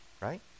right